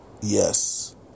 Yes